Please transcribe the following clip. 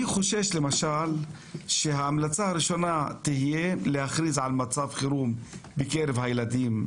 אני חושב שההמלצה הראשונה תהיה להכריז על מצב חירום בקרב הילדים,